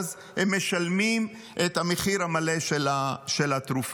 ואז הם משלמים את המחיר המלא של התרופה.